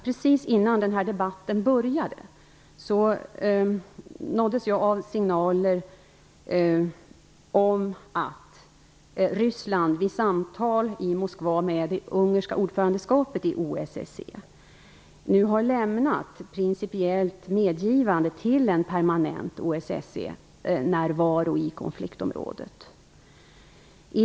Precis innan den här debatten började nåddes jag av signaler om att Ryssland vid samtal i Moskva med det ungerska ordförandeskapet i OSSE nu har gett ett principiellt medgivande till en permanent OSSE-närvaro i konfliktområdet.